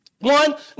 One